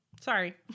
Sorry